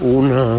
una